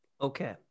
okay